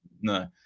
No